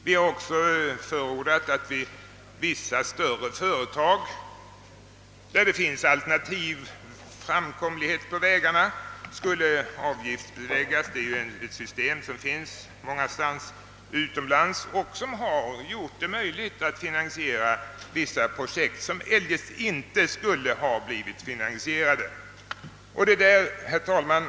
Vi har också förordat att det vid vissa större företag där det finns alternativa framkomstmöjligheter på vägarna skulle tas ut en avgift, vilket ju är ett system som förekommer på många håll utomlands och som också möjliggjort finansiering av vissa projekt som eljest inte skulle ha kunnat finansieras. Herr talman!